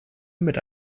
mit